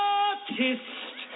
artist